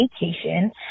vacation